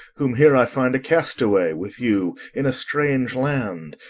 whom here i find a castaway, with you, in a strange land,